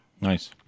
Nice